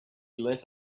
let